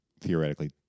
theoretically